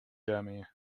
dummy